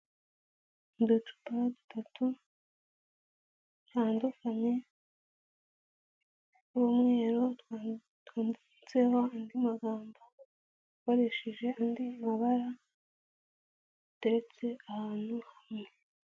Uducupa dutatu dutandukanye tw'umweru, twanditseho andi magambo akoresheje andi mabara, ateretse ahantu hamwe.